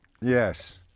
Yes